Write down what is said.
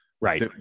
Right